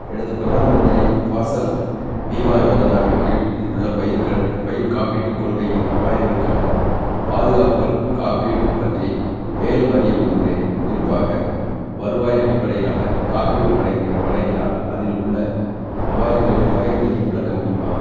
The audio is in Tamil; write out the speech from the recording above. எனது பிரதான் மந்திரி ஃபாசல் பீமா யோஜனாவின் கீழ் உள்ள பயிர் கணக்கு பயிர் காப்பீட்டுக் கொள்கையின் அபாயங்களுக்கான பாதுகாப்புகள் காப்பீடு பற்றி மேலும் அறிய விரும்புகிறேன் குறிப்பாக வருவாய் அடிப்படையிலான காப்பீடு வழங்கி வழங்கினால் அதில் உள்ள அபாயங்களின் வகைகளை விளக்க முடியுமா